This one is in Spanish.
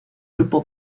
grupo